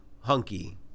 hunky